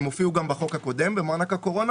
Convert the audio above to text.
הם הופיעו גם בחוק הקודם, במענק הקורונה.